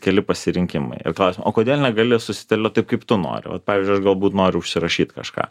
keli pasirinkimai ir klausimas o kodėl negali susidėliot taip kaip tu nori vat pavyzdžiui aš galbūt noriu užsirašyt kažką